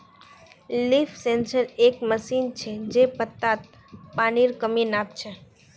leaf sensor एक machine छ जे पत्तात पानीर कमी नाप छ